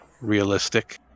realistic